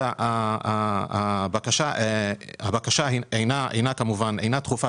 שהבקשה אינה דחופה,